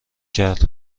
کرد